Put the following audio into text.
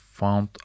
Found